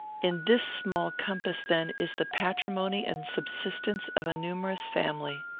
in this small compass, then, is the patrimony and subsistence of a numerous family.